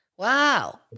Wow